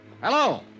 Hello